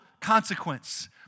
consequence